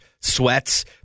sweats